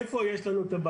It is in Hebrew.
איפה יש בעיה?